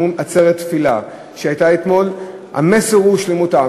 אנחנו אומרים "עצרת תפילה" המסר הוא שלמות העם.